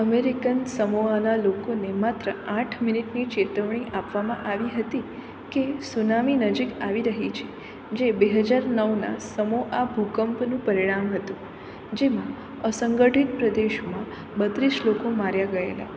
American સમોઆના લોકોને માત્ર આઠ મિનિટની ચેતવણી આપવામાં આવી હતી કે સુનામી નજીક આવી રહી છે જે બે હજાર નવના સમોઆ ભૂકંપનું પરિણામ હતું જેમાં અસંગઠિત પ્રદેશમાં બત્રીસ લોકો માર્યા ગયેલા